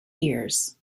ears